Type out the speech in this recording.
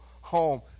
home